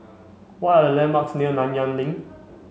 what are the landmarks near Nanyang Link